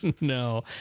No